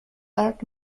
third